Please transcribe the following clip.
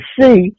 see